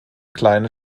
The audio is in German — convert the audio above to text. kleine